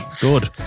good